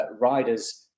riders